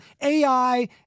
AI